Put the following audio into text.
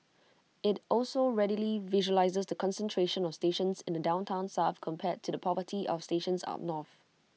IT also readily visualises the concentration of stations in the downtown south compared to the poverty of stations up north